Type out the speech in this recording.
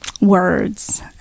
words